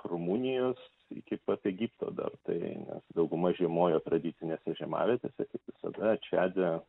rumunijos iki pat egipto dar tai nes dauguma žiemojo tradicinėse žiemavietėse kaip visada čade